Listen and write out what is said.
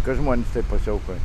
kad žmonės taip pasiaukojo